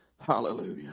hallelujah